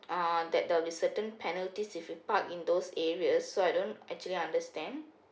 uh that there'll be certain penalties if you park in those areas so I don't actually understand